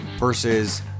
Versus